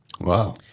Wow